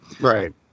Right